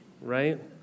right